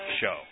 show